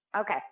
Okay